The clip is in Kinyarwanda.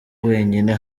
wenyine